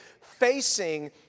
facing